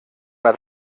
una